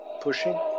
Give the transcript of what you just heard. pushing